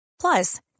Plus